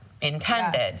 intended